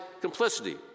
complicity